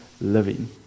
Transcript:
living